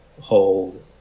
hold